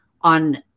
on